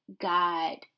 God